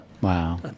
Wow